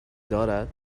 دارد